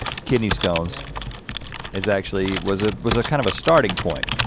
kidney stones is actually was ah was kind of a starting point.